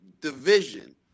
division